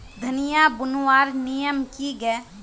धनिया बूनवार नियम की गे?